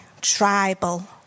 tribal